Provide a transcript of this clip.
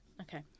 okay